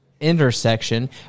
intersection